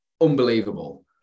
Unbelievable